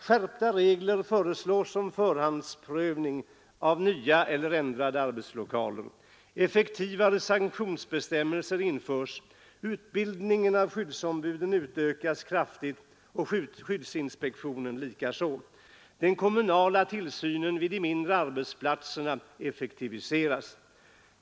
Skärpta regler föreslås om förhandsprövning av nya eller ändrade arbetslokaler, effektivare sanktionsbestämmelser införs, utbildningen av skyddsombuden utökas kraftigt och skyddsinspektionen likaså, den kommunala tillsynen vid de mindre arbetsplatserna effektiviseras.